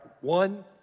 One